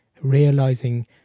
realizing